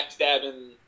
backstabbing